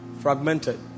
fragmented